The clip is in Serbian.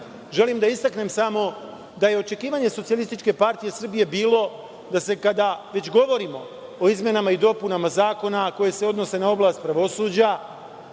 želim da istaknem samo da je očekivanje SPS bilo da se, kada već govorimo o izmenama i dopunama Zakona, a koje se odnose na oblast pravosuđa,